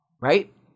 Right